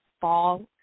fall